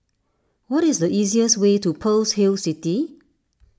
what is the easiest way to Pearl's Hill City